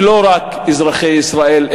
ולא רק אזרחי ישראל,